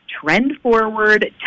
trend-forward